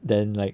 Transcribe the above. then like